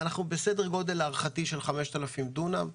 אנחנו בסדר גודל של כ-5,000 דונם.